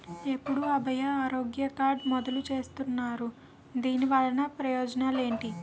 ఎప్పుడు అభయ ఆరోగ్య కార్డ్ మొదలు చేస్తున్నారు? దాని వల్ల ప్రయోజనాలు ఎంటి?